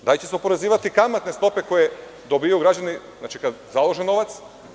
Da li će se oporezivati kamatne stope koje dobijaju građani kada založe novac?